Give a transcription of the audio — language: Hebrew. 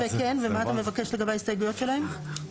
ומה אתה מבקש לגבי ההסתייגויות שלהם?